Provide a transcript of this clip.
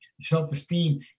self-esteem